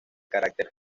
carácter